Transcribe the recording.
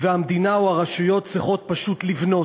והמדינה או הרשויות צריכות פשוט לבנות,